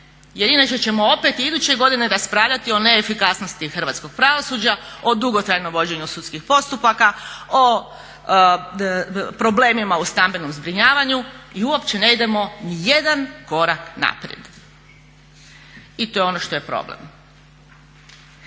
jer inače ćemo i iduće godine opet raspravljati o neefikasnosti hrvatskog pravosuđa, o dugotrajnom vođenju sudskih postupaka, o problemima u stambenom zbrinjavanju i uopće ne idemo nijedan korak naprijed i to je ono što je problem.